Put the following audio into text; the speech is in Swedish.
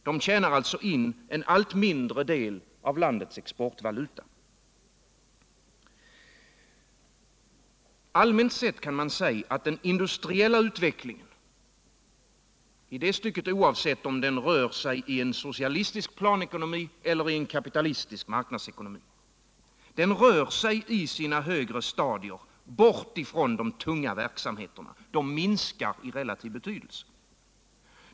De tjänar alltså in en allt mindre det av landets exportvaluta. Den industriella utvecklingen — i det stycket oavsett om den rör sig i en socialistisk planekonomi eller i en kapitalistisk marknadsekonomi — rör sig i sina högre stadier bort från de tunga verksamheterna; de minskar i relativ betydelse.